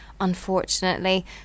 unfortunately